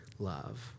love